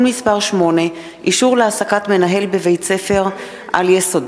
מס' 8) (אישור להעסקת מנהל בבית-ספר על-יסודי),